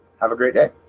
have a great day